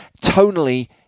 Tonally